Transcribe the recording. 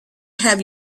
have